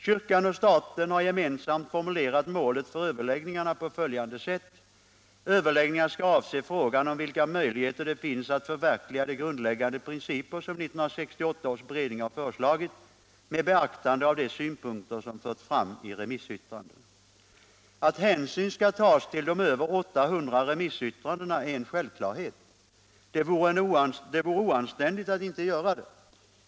Kyrkan och staten har gemensamt formulerat målet för överläggningarna på följande sätt: ”Överläggningarna skall avse frågan om vilka möjligheter det finns att förverkliga de grundläggande principer som 1968 års beredning har föreslagit med beaktande av de synpunkter som förts fram i remissyttrandena.” Att hänsyn skall tas till de över 800 remissyttrandena är en självklarhet. Det vore oanständigt att inte göra det.